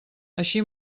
així